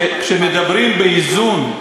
כשמדברים באיזון,